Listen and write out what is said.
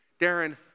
Darren